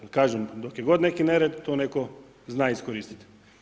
Jer kažem, dok je god neki nered, to netko zna iskoristiti.